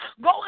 go